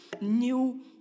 new